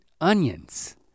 onions